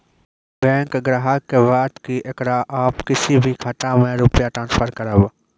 Bank ग्राहक के बात की येकरा आप किसी भी खाता मे रुपिया ट्रांसफर करबऽ?